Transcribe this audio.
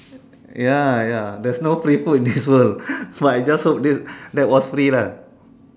ya ya there's no free food in this world so I just hope this that was free lah